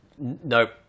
nope